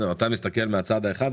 אתה מסתכל מצד אחד,